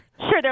Sure